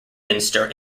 minster